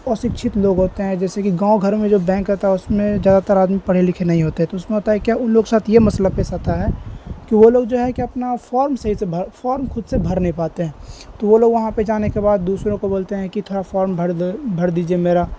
اسکشت لوگ ہوتے ہیں جیسے کہ گاؤں گھر میں جو بینک رہتا ہے اس میں زیادہ تر آدمی پڑھے لکھے نہیں ہوتے تو اس میں ہوتا ہے کیا ان لوگ کے ساتھ یہ مسئلہ پیس آتا ہے کہ وہ لوگ جو ہیں کہ اپنا فارم صحیح سے بھر فارم خود سے بھر نہیں پاتے ہیں تو وہ لوگ وہاں پہ جانے کے بعد دوسروں کو بولتے ہیں کہ تھوڑا فارم بھر بھر دیجیے میرا